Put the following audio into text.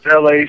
LA